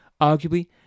Arguably